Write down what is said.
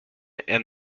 and